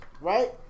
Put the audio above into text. Right